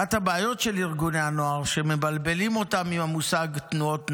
אחת הבעיות של ארגוני הנוער היא שמבלבלים אותם עם המושג תנועות נוער.